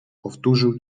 powtórzył